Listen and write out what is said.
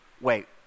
wait